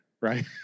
right